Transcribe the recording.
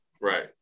Right